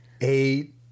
Eight